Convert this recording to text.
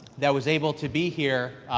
that was able to be here,